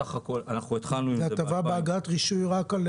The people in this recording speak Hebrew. סך הכול התחלנו --- זאת הטבה באגרת רישוי רק על